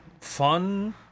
fun